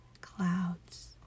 clouds